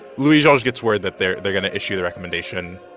louis-georges gets word that they're they're going to issue the recommendation.